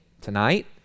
tonight